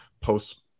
post